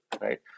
right